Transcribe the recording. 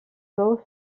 bous